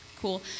cool